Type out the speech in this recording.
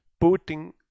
putting